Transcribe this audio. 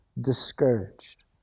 discouraged